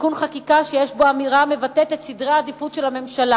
תיקון חקיקה שיש בו אמירה המבטאת את סדרי העדיפות של הממשלה